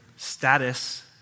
status